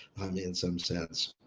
in some sense,